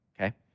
okay